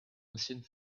ancienne